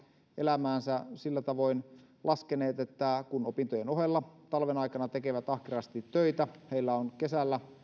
elämäänsä sillä tavoin laskeneet että kun opintojen ohella talven aikana tekevät ahkerasti töitä heillä on kesällä